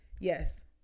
yes